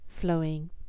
flowing